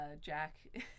Jack